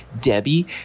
debbie